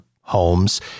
homes